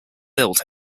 built